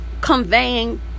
conveying